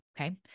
Okay